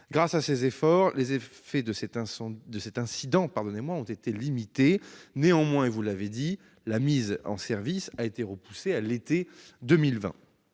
Grâce à ces efforts, les effets de cet incident ont été limités. Néanmoins, vous l'avez indiqué, la mise en service a été repoussée à l'été 2020.